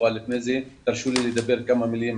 אבל לפני זה תרשו לי לדבר כמה מילים